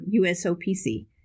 USOPC